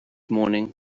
morning